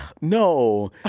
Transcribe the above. no